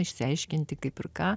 išsiaiškinti kaip ir ką